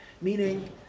Meaning